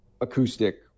acoustic